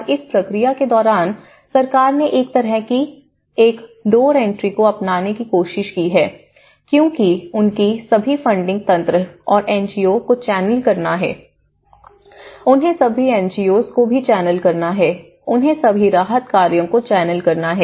और इस प्रक्रिया के दौरान सरकार ने एक तरह की एक डोर एंट्री को अपनाने की कोशिश की हैक्योंकि उन्हें सभी फंडिंग तंत्र और एनजीओ को चैनल करना है उन्हें सभी एनजीओस को भी चैनल करना है उन्हें सभी राहत कार्यों को चैनल करना है